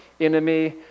enemy